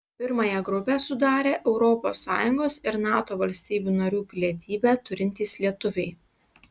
pirmąją grupę sudarę europos sąjungos ir nato valstybių narių pilietybę turintys lietuviai